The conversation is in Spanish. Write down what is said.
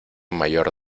mayor